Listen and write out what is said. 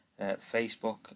facebook